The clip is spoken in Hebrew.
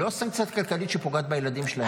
לא סנקציה כלכלית שפוגעת בילדים שלהם.